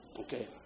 okay